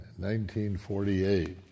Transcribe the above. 1948